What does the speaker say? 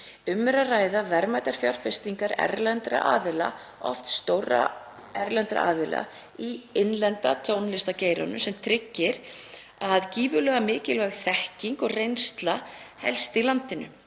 Um er að ræða verðmætar fjárfestingar erlendra aðila, oft stórra erlendra aðila, í innlenda tónlistargeiranum sem tryggir að gífurlega mikilvæg þekking og reynsla helst í landinu.